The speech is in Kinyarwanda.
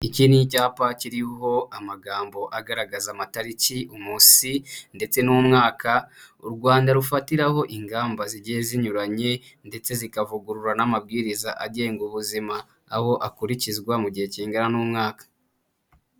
Iki ni icyapa kiriho amagambo agaragaza amatariki, umunsi, ndetse n'umwaka, u Rwanda rufatiraho ingamba zigiye zinyuranye, ndetse zikavugurura n'amabwiriza agenga ubuzima, aho akurikizwa mu gihe kingana n'umwaka.